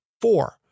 Four